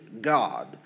God